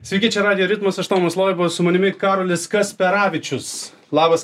sveiki čia radijo ritmas aš tomas loiba su manimi karolis kasperavičius labas